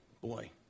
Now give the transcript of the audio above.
boy